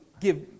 give